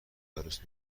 عروس